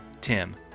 Tim